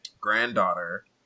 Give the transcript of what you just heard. granddaughter